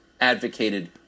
advocated